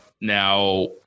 now